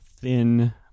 thin